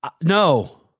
No